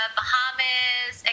Bahamas